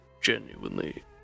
genuinely